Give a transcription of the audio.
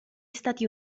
stati